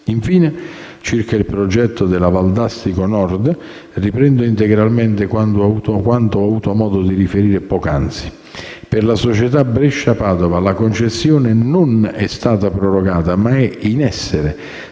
Infine, circa il progetto della Valdastico Nord, riprendo integralmente quanto ho avuto modo di riferire poc'anzi: per la società Brescia-Padova, la concessione non è stata prorogata, ma è in essere